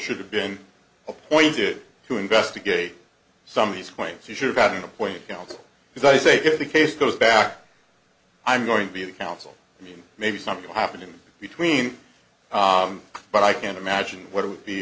should have been appointed to investigate some of these claims he should have gotten a point you know as i say if the case goes back i'm going to be the counsel i mean maybe something will happen in between but i can't imagine what it